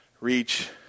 reach